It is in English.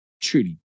truly